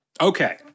Okay